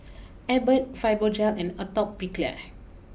Abbott Fibogel and Atopiclair